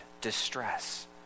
distress